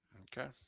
Okay